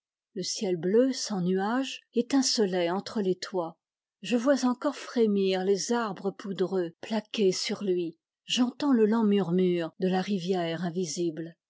le ciel bleu sans nuage étincelait entre les toits je vois encore frémir les arbres poudreux plaqués sur lui j'entends lé lent murmure de la rivière invisible